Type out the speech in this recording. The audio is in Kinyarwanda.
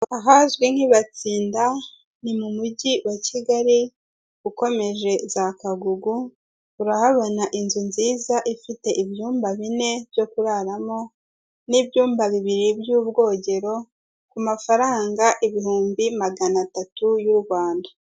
Ahazwi nk'i Batsinda ni mu mujyi wa kigali ukomeje za Kagugu, urahabona inzu nziza ifite ibyumba bine byo kuraramo n'ibyumba bibiri by'ubwogero ,ku mafaranga ibihumbi magana atatu y'u Rwanda.